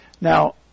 Now